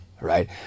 right